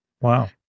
Wow